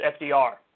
FDR